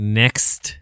next